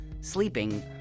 sleeping